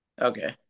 Okay